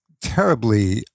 terribly